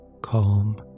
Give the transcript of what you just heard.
calm